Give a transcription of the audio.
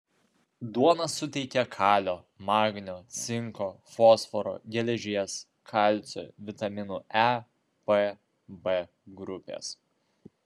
duona suteikia kalio magnio cinko fosforo geležies kalcio vitaminų e p b grupės